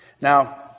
Now